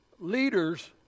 Leaders